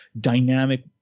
dynamic